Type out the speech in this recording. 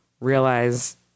realize